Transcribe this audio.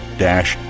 dash